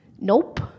nope